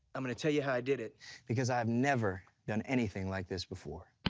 i'm gonna tell you how i did it because i've never done anything like this before. are